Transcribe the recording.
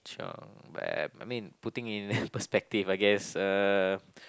chiong but I I mean putting in perspective I guess uh